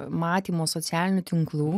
matymo socialinių tinklų